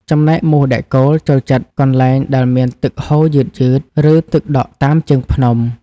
ចំណែកមូសដែកគោលចូលចិត្តកន្លែងដែលមានទឹកហូរយឺតៗ ឬទឹកដក់តាមជើងភ្នំ។